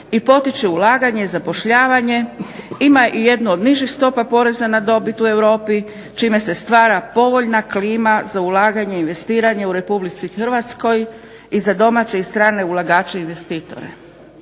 i potiče ulaganje i zapošljavanje. Ima i jednu od nižih stopa poreza na dobit u Europi čime se stvara povoljna klima za ulaganje i investiranje u Republici Hrvatskoj i za domaće i strane ulagače investitore.